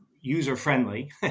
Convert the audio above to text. user-friendly